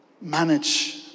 manage